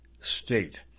State